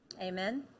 Amen